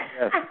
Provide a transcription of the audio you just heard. Yes